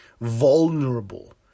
vulnerable